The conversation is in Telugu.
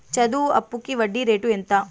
చదువు అప్పుకి వడ్డీ రేటు ఎంత?